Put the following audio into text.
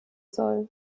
soll